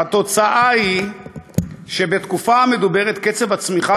התוצאה היא שבתקופה המדוברת קצב הצמיחה